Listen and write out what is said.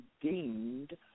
deemed